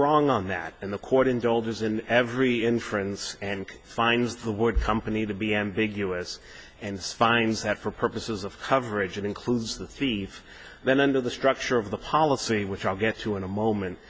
wrong on that and the court indulges in every inference and finds the word company to be ambiguous and finds that for purposes of coverage and includes the thieve then under the structure of the policy which i'll get to in a moment